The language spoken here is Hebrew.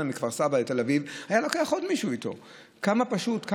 או מכפר סבא לתל אביב היה לוקח עוד מישהו איתו,